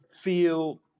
feel